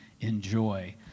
enjoy